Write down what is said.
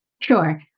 Sure